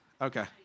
okay